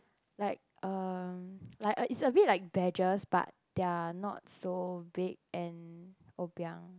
like um like a is a bit like badges but they are not so big and obiang